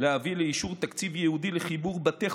להביא לאישור תקציב ייעודי לחיבור בתי